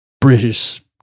British